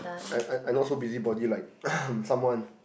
I I I not so busybody like someone